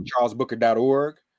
charlesbooker.org